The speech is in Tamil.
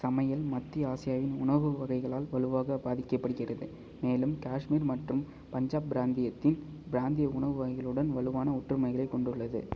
சமையல் மத்திய ஆசியாவின் உணவு வகைகளால் வலுவாக பாதிக்கப்படுகிறது மேலும் காஷ்மீர் மற்றும் பஞ்சாப் பிராந்தியத்தின் பிராந்திய உணவு வகைகளுடன் வலுவான ஒற்றுமைகளைக் கொண்டுள்ளது